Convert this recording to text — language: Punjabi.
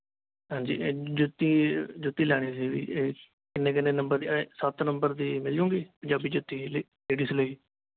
ਹਾਂਜੀ ਇਹ ਜੁੱਤੀ ਜੁੱਤੀ ਲੈਣੀ ਸੀਗੀ ਇਹ ਕਿੰਨੇ ਕਿੰਨੇ ਨੰਬਰ ਦੀ ਇਹ ਸੱਤ ਨੰਬਰ ਦੀ ਮਿਲ ਜਾਵੇਗੀ ਪੰਜਾਬੀ ਜੁੱਤੀ ਜੀ ਲੇਡੀਜ਼ ਲਈ